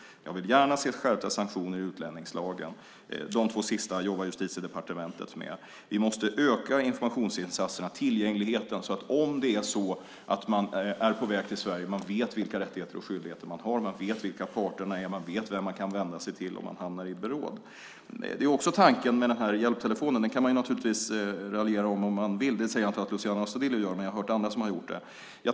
Jag vill gärna se skärpta sanktioner i utlänningslagen. De två sista frågorna jobbar Justitiedepartementet med. Vi måste öka informationsinsatserna och tillgängligheten. Om man är på väg till Sverige ska man veta vilka rättigheter och skyldigheter man har, vilka parterna är och vem man kan vända sig till om man hamnar i beråd. Det är också tanken med hjälptelefonen. Om man vill kan man naturligtvis raljera om den. Det säger jag inte att Luciano Astudillo gör, men jag har hört andra som har gjort det.